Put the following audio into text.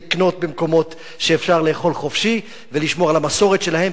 לקנות במקומות שאפשר לאכול חופשי ולשמור על המסורת שלהם,